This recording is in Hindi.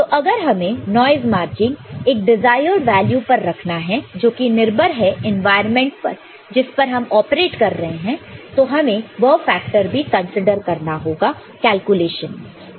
तो अगर हमें नॉइस मार्जिन एक डिजायर्ड वैल्यू पर रखना है जो कि निर्भर है एनवायरमेंट पर जिस पर हम ऑपरेट कर रहे हैं तो हमें वह फेक्टर भी कंसीडर करना होगा कैलकुलेशन में